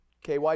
KY